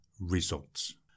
results